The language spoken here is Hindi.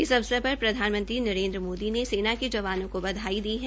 इस अवसर पर प्रधानमंत्री नरेन्द्र मोदी ने सेना के जवानों को बधाई दी है